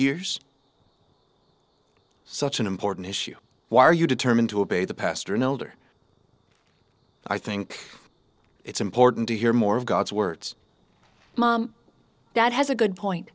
years such an important issue why are you determined to obey the pastor and elder i think it's important to hear more of god's words mom dad has a good point